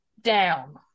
down